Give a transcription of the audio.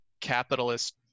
capitalist